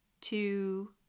two